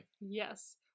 Yes